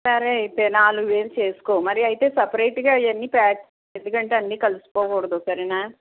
సరే అయితే నాలుగు వేలు చేసుకో మరి అయితే సపరేట్గా అయన్నీ ప్యాక్ చెయ్యి ఎందుకంటే అవన్నీ కలిసిపోకూడదు సరేనా